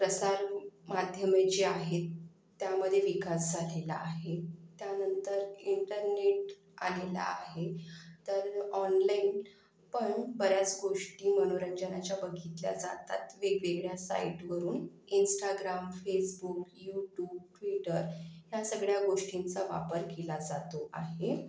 प्रसारमाध्यमे जी आहेत त्यामध्ये विकास झालेला आहे त्यानंतर इंटरनेट आलेलं आहे तर ऑनलाइन पण बऱ्याच गोष्टी मनोरंजनाच्या बघितल्या जातात वेगवेगळ्या साइडवरून इंस्टाग्राम फेसबुक यूट्यूब ट्विटर ह्या सगळ्या गोष्टींचा वापर केला जातो आहे